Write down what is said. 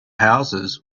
houses